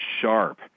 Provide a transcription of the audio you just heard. sharp